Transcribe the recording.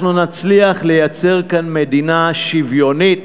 אנחנו נצליח לייצר כאן מדינה שוויונית,